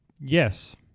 Yes